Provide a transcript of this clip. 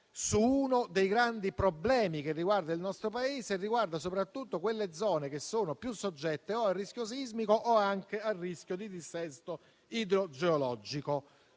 su uno dei grandi problemi che riguardano il nostro Paese, soprattutto con riferimento a quelle zone che sono più soggette o a rischio sismico o anche a rischio di dissesto idrogeologico,